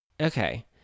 okay